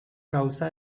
causa